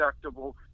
deductible